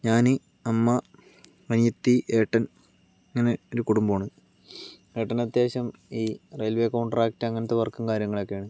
ഞാന് അമ്മ അനിയത്തി ഏട്ടൻ അങ്ങനെ ഒരു കുടുംബമാണ് ഏട്ടന് അത്യാവശ്യം ഈ റെയിൽവേ കോൺട്രാക്ട് അങ്ങനത്തെ വർക്കും കാര്യങ്ങളുമൊക്കെയാണ്